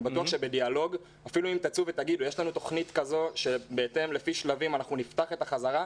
אם תגידו שיש תכנית לפתיחה בשלבים זה